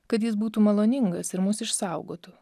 kad jis būtų maloningas ir mus išsaugotų